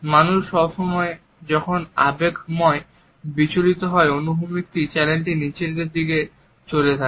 মানুষ যখন আবেগময় বিচলিত হয় অনুভূতির চ্যানেলটি নিচে এখানে থাকে